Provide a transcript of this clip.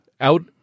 Out